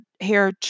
hair